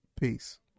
Peace